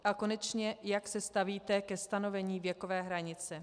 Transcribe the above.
A konečně, jak se stavíte ke stanovení věkové hranice.